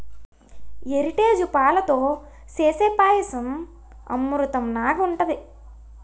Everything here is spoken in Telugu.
ఎరిటేజు పాలతో సేసే పాయసం అమృతంనాగ ఉంటది